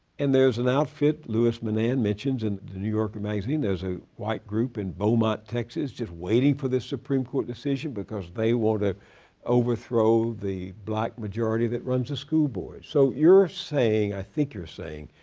and there is an outfit louis menand mentions in the new yorker magazine. there is a white group in beaumont, texas, just waiting for this supreme court decision because they want to overthrow the black majority that runs the school board. so you're saying, i think you're saying,